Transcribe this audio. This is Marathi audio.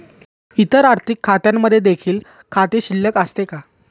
इतर आर्थिक खात्यांमध्ये देखील खाते शिल्लक असते का?